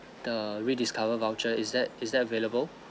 the rediscover voucher is that is that available